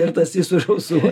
ir tas jį už ausų